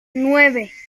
nueve